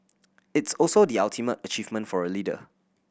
it's also the ultimate achievement for a leader